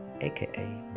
AKA